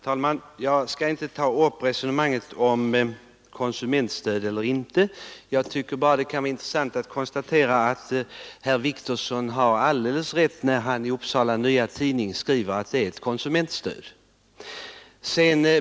Herr talman! Jag skall inte ta upp resonemanget huruvida det gäller ett konsumentstöd eller inte. Jag tycker bara att det kan vara intressant att konstatera att herr Wictorsson har alldeles rätt när han i Upsala Nya Tidning skriver att det är ett konsumentstöd.